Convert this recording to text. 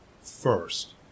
first